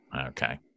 Okay